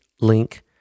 link